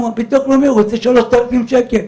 אבל הביטוח הלאומי רוצה 3,000 שקלים,